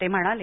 ते म्हणाले